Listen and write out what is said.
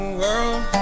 world